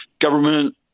government